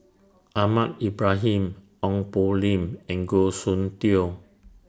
Ahmad Ibrahim Ong Poh Lim and Goh Soon Tioe